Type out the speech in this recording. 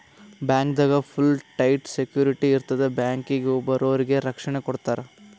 ಬ್ಯಾಂಕ್ದಾಗ್ full tight security ಇರ್ತದ್ ಬ್ಯಾಂಕಿಗ್ ಬರೋರಿಗ್ ರಕ್ಷಣೆ ಕೊಡ್ತಾರ